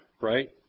right